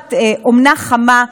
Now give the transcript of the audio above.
במשפחת אומנה חמה,